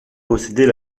possédait